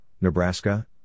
Nebraska